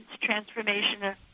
transformation